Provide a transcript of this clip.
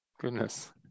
Goodness